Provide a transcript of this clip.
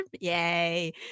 yay